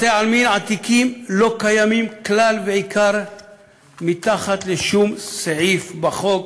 בתי-עלמין עתיקים לא קיימים כלל ועיקר מתחת לשום סעיף בחוק